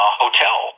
hotel